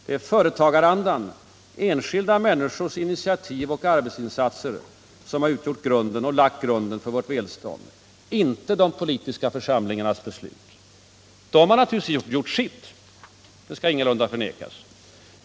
Det är företagarna, enskilda människors initiativ och arbetsinsatser som lagt grunden för vårt välstånd, inte de politiska församlingarnas beslut. Dessa har naturligtvis gjort sitt — det skall ingalunda förnekas.